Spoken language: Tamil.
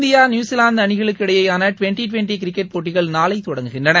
இந்தியா நியூசிலாந்து அணிகளுக்கு இடையேயான டுவென்டி டுவென்டி கிரிக்கெட் போட்டிகள் நாளை தொடங்குகின்றன